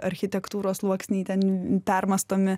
architektūros sluoksniai ten permąstomi